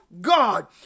God